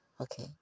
Okay